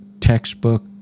textbook